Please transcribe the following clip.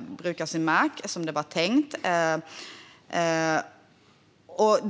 bruka sin mark som det var tänkt.